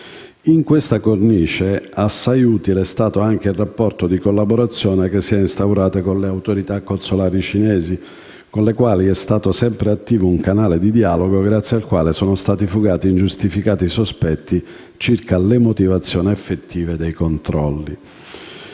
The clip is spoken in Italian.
In questa cornice, assai utile è stato anche il rapporto di collaborazione instauratosi con le autorità consolari cinesi, con le quali è stato sempre attivo un canale di dialogo grazie al quale sono stati fugati ingiustificati sospetti circa le motivazioni effettive dei controlli.